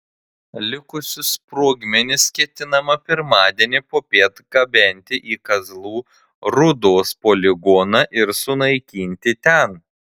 likusius sprogmenis ketinama pirmadienį popiet gabenti į kazlų rūdos poligoną ir sunaikinti ten